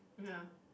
ya